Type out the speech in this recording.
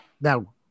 Now